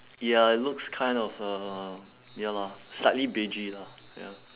ya it looks kind of um ya lor slightly beigey lah ya